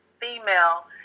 female